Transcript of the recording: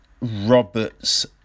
Roberts